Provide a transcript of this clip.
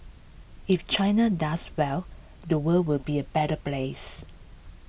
if China does well the world will be A better place